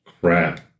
Crap